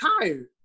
tired